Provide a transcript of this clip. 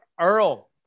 Earl